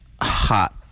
hot